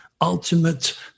ultimate